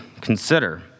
consider